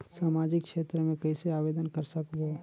समाजिक क्षेत्र मे कइसे आवेदन कर सकबो?